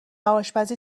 آشپزی